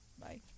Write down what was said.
Bye